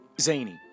Zany